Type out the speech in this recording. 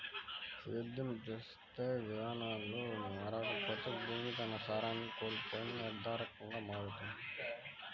సేద్యం చేసే విధానాలు మారకపోతే భూమి తన సారాన్ని కోల్పోయి నిరర్థకంగా మారుతుంది